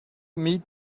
meet